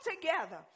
together